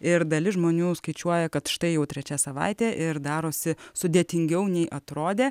ir dalis žmonių skaičiuoja kad štai jau trečia savaitė ir darosi sudėtingiau nei atrodė